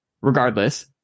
regardless